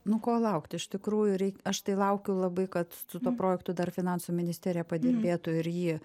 nu ko laukt iš tikrųjų rei aš tai laukiu labai kad su tuo projektu dar finansų ministerija padirbėtų ir jį